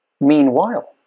Meanwhile